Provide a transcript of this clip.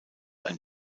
ein